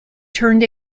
turned